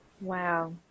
Wow